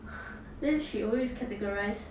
then she always categorise